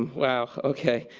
wow, okay.